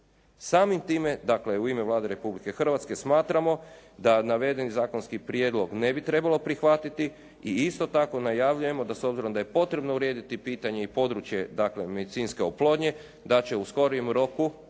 Samim time, dakle u ime Vlade Republike Hrvatske, smatramo da navedeni zakonski prijedlog ne bi trebalo prihvatiti i isto tako najavljujemo da s obzirom da je potrebno urediti pitanje i područje medicinske oplodnje, da će u skorijem roku, znači